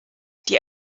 die